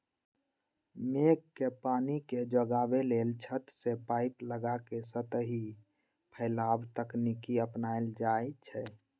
मेघ के पानी के जोगाबे लेल छत से पाइप लगा के सतही फैलाव तकनीकी अपनायल जाई छै